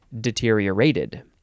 deteriorated